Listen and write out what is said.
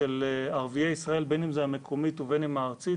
של ערביי ישראל, בין אם זה המקומית ובין אם הארצית